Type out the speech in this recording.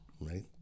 right